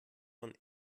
von